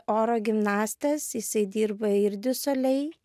oro gimnastas jisai dirba ir diu solei